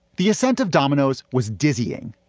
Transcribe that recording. the ascent of domino's was dizzying.